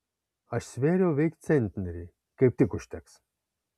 aš svėriau veik centnerį kaip tik užteks